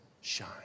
shine